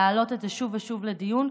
להעלות את זה שוב ושוב לדיון,